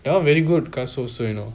that one very good காசு:kaasu you know